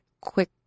quick